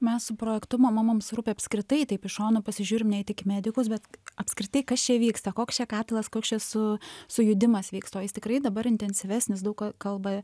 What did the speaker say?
mes projektu mama mums rūpi apskritai taip iš šono pasižiūrim ne į tik medikus bet apskritai kas čia vyksta koks čia katilas koks čia esu sujudimas vyksta o jis tikrai dabar intensyvesnis daug ka kalba